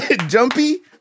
Jumpy